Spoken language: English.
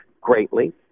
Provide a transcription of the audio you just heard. greatly